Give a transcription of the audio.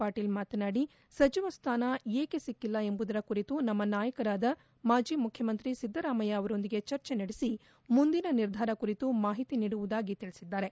ಪಾಟೀಲ್ ಮಾತನಾಡಿ ಸಚಿವ ಸ್ಥಾನ ಏಕೆ ಸಿಕ್ಕೆಲ್ಲ ಎಂಬುದರ ಕುರಿತು ನಮ್ನ ನಾಯಕರಾದ ಮಾಜಿ ಮುಖ್ಯಮಂತ್ರಿ ಸಿದ್ದರಾಮಯ್ಯ ಅವರೊಂದಿಗೆ ಚರ್ಚೆ ನಡೆಸಿ ಮುಂದಿನ ನಿರ್ಧಾರ ಕುರಿತು ಮಾಹಿತಿ ನೀಡುವುದಾಗಿ ತಿಳಿಸಿದ್ದಾರೆ